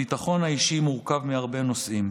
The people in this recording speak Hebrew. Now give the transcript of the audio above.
הביטחון האישי מורכב מהרבה נושאים.